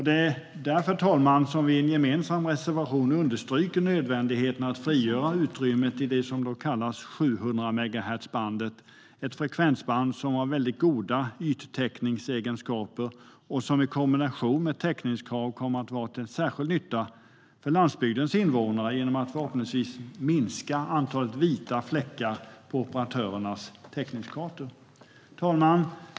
Det är därför, fru talman, som vi i en gemensam reservation understryker nödvändigheten av att frigöra utrymmet i det som kallas 700-megahertzbandet, ett frekvensband som har mycket goda yttäckningsegenskaper och som i kombination med täckningskrav kommer att vara till särskild nytta för landsbygdens invånare genom att förhoppningsvis minska antalet vita fläckar på operatörernas täckningskartor. Fru talman!